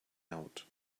out